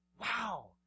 Wow